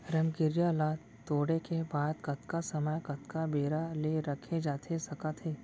रमकेरिया ला तोड़े के बाद कतका समय कतका बेरा ले रखे जाथे सकत हे?